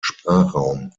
sprachraum